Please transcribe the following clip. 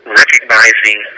recognizing